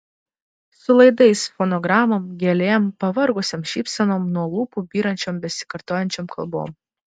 su laidais fonogramom gėlėm pavargusiom šypsenom nuo lūpų byrančiom besikartojančiom kalbom